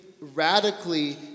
radically